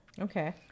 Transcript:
okay